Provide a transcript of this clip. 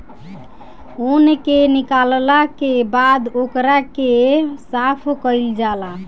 ऊन के निकालला के बाद ओकरा के साफ कईल जाला